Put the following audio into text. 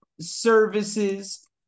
services